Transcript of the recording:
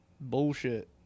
bullshit